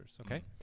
okay